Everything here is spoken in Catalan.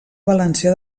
valencià